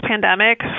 pandemic